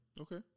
Okay